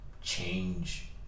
change